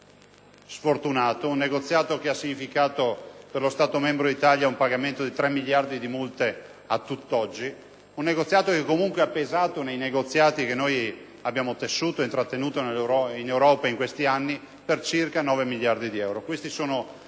sfortunato, che ha significato per lo Stato membro Italia un pagamento di 3 miliardi di multe, a tutt'oggi, che ha pesato nei negoziati che abbiamo tessuto e intrattenuto in Europa in questi anni per circa 9 miliardi di euro.